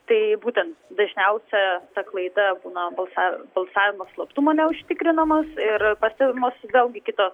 tai būtent dažniausia ta klaida būna balsavimo balsavimo slaptumo neužtikrinimas ir pastebimos vėlgi kitos